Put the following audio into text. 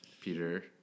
Peter